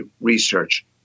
research